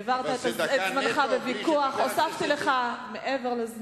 העברת את זמנך בוויכוח, אבל זה דקה נטו, בלי שחבר